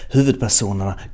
Huvudpersonerna